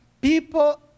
people